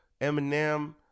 Eminem